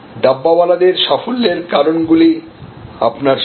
ডাব্বাওয়ালাদের সাফল্যের কারণগুলি আপনার সামনে